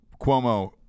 Cuomo